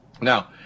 Now